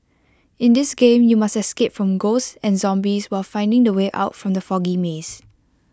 in this game you must escape from ghosts and zombies while finding the way out from the foggy maze